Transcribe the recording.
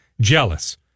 jealous